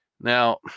Now